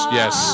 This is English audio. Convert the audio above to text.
yes